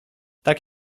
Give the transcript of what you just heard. tak